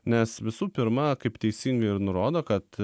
nes visų pirma kaip teisingai ir nurodo kad